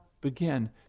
begin